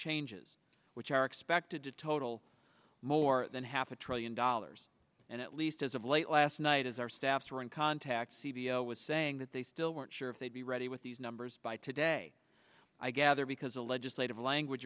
changes which are expected to total more than half a trillion dollars and at least as of late last night as our staffs were in contact cvo was saying that they still weren't sure if they'd be ready with these numbers by today i gather because the legislative language